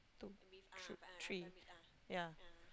two thr~ three yeah